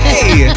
Hey